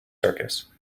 circus